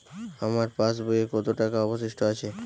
আমার পাশ বইয়ে কতো টাকা অবশিষ্ট আছে?